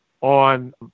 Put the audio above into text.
on